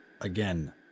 Again